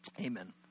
amen